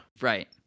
right